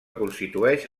constitueix